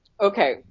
Okay